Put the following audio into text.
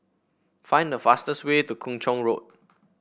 find the fastest way to Kung Chong Road